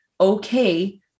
okay